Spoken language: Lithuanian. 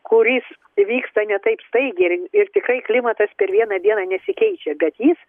kuris vyksta ne taip staigiai ir ir tikrai klimatas per vieną dieną nesikeičia bet jis